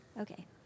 Okay